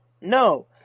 No